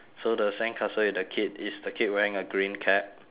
so the sandcastle with the kid is the kid wearing a green cap